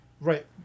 Right